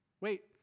wait